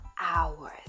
hours